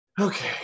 Okay